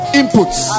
inputs